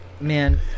man